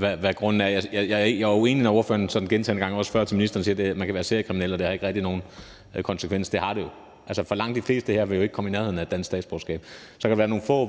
Marcus Knuth sådan gentagne gange også spørger ministeren til det, at man kan være seriekriminel, og at det ikke rigtig har nogen konsekvens. Men det har det jo. For altså, langt de fleste her vil jo ikke komme i nærheden af et dansk statsborgerskab. Så kan der være nogle få,